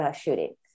shooting